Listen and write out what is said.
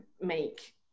make